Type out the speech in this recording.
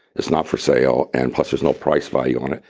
it's not for sale, and plus there's no price value on it,